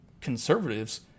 conservatives